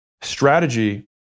strategy